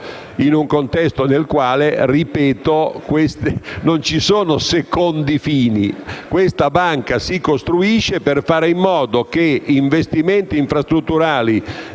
in un contesto nel quale - ripeto - non ci sono secondi fini. Questa Banca si costruisce per fare in modo che investimenti infrastrutturali